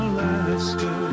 Alaska